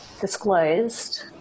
disclosed